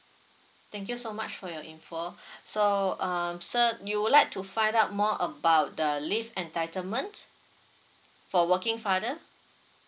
thank you so much for your info so um sir you would like to find out more about the leave entitlement for working father